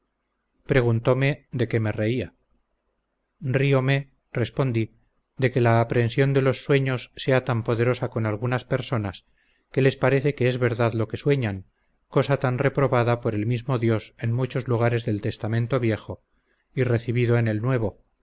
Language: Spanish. preguntóme de qué me reía ríome respondí de que la aprehensión de los sueños sea tan poderosa con algunas personas que les parece que es verdad lo que sueñan cosa tan reprobada por el mismo dios en muchos lugares del testamento viejo y recibido en el nuevo